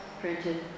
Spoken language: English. printed